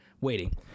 waiting